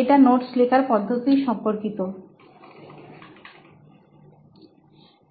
এটা নোটস লেখার পদ্ধতি সম্পর্কিত